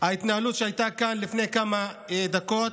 ההתנהלות שהייתה כאן לפני כמה דקות,